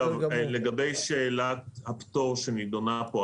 לגבי שאלת הפטור שנידונה פה.